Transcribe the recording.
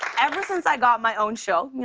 ever since i got my own show, you know,